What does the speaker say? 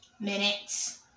minutes